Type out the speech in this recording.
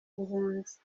buhunzi